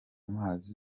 mazi